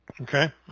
Okay